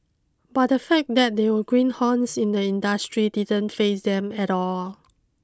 but the fact that they were greenhorns in the industry didn't faze them at all